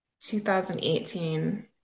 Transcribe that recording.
2018